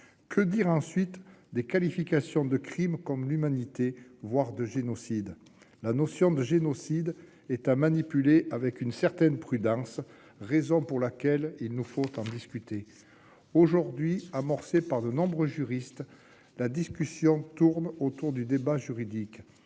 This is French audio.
Que dire ensuite des qualifications de crimes contre l'humanité, voire de génocide ? La notion de génocide est à manipuler avec une certaine prudence, raison pour laquelle il nous faut en discuter. Amorcée par de nombreux juristes, la discussion tourne aujourd'hui au débat juridique.